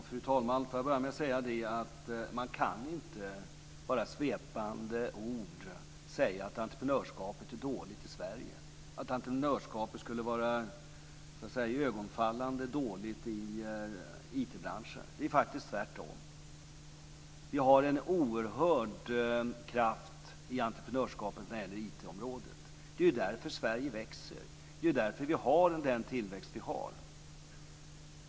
Fru talman! Får jag börja med att säga att man inte med svepande ord bara kan säga att entreprenörskapet är dåligt i Sverige, att entreprenörskapet skulle vara iögonfallande dåligt i IT-branschen. Det är faktiskt tvärtom. Vi har en oerhörd kraft i entreprenörskapet när det gäller IT-området. Det är därför Sverige växer. Det är därför vi har den tillväxt vi har.